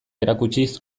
erakutsiz